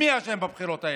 מי אשם בבחירות האלה?